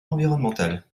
environnemental